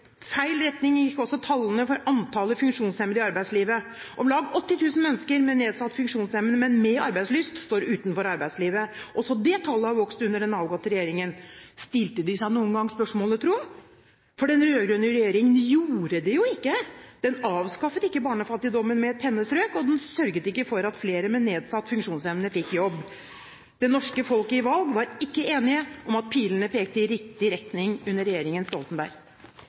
feil retning gikk også tallene for antallet funksjonshemmede i arbeidslivet. Om lag 80 000 mennesker med nedsatt funksjonsevne, men med arbeidslyst, står utenfor arbeidslivet. Også det tallet har vokst under den avgåtte regjeringen. Stilte de seg noen gang spørsmålet, tro? For den rød-grønne regjeringen gjorde det jo ikke; den avskaffet ikke barnefattigdommen med et pennestrøk, og den sørget ikke for at flere med nedsatt funksjonsevne fikk jobb. Det norsket folket ved valg var ikke enige om at pilene pekte i riktig retning under regjeringen Stoltenberg.